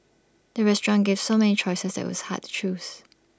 the restaurant gave so many choices that IT was hard to choose